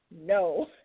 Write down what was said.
No